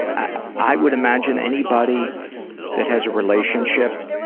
i would imagine anybody that has a relationship